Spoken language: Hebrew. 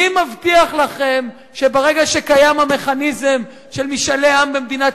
מי מבטיח לכם שברגע שקיים המכניזם של משאלי עם במדינת